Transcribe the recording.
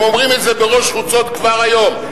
הם אומרים את זה בראש חוצות כבר היום.